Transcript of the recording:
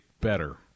better